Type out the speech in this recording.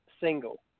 single